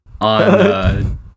on